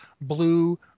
blue